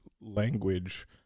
language